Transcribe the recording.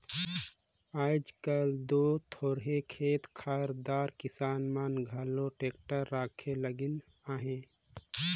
आएज काएल दो थोरहे खेत खाएर दार किसान मन घलो टेक्टर राखे लगिन अहे